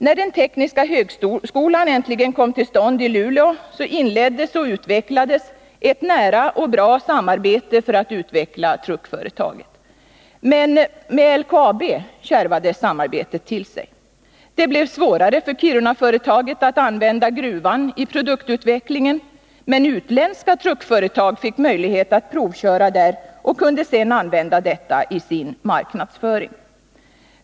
När den tekniska högskolan i Luleå äntligen kom till stånd inleddes och utvecklades ett nära och bra samarbete mellan högskolan och företaget för att utveckla truckföretaget. Men samarbetet med LKAB kärvade till sig. Det blev svårare för Kirunaföretaget att använda gruvan i produktutvecklingen, men utländska truckföretag fick möjlighet att provköra där och kunde sedan använda detta i sin marknadsföring.